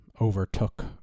overtook